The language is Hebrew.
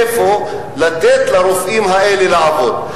איפה לתת לרופאים האלה לעבוד.